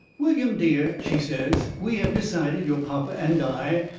william dear, she says, we have decided, your papa and i,